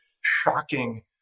shocking